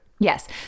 Yes